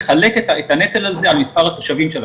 תגבור התחבורה הציבורית בהתאם למתווה